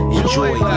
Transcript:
enjoy